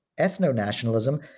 ethno-nationalism